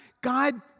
God